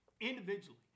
individually